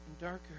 darker